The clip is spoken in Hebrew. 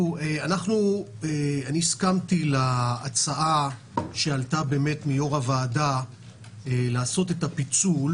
הסכמתי להצעה שעלתה מיושב-ראש הוועדה לעשות את הפיצול